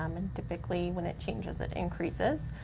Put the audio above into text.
um and typically when it changes it increases.